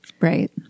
Right